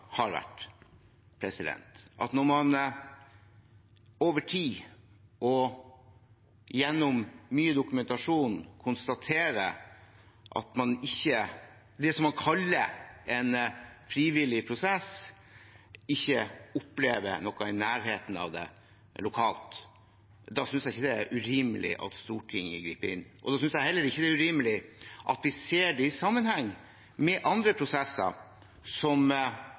har vært at man over tid og gjennom mye dokumentasjon konstaterer at det som man kaller en frivillig prosess, ikke oppleves som noe i nærheten av det lokalt. Da synes jeg ikke det er urimelig at Stortinget griper inn. Jeg synes heller ikke det er urimelig at vi ser det i sammenheng med andre prosesser som